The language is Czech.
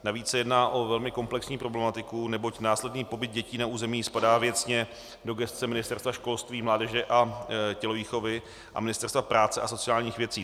Navíc se jedná o velmi komplexní problematiku, neboť následný pobyt dětí na území spadá věcně do gesce Ministerstva školství, mládeže a tělovýchovy a Ministerstva práce a sociálních věcí.